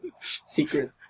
secret